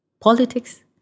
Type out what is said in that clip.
politics